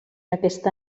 aquest